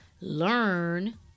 Learn